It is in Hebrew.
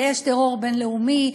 ויש טרור בין-לאומי,